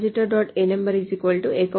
ano account